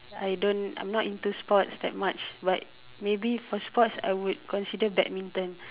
I don't I'm not into sports that much but maybe for sports I would consider badminton